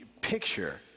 picture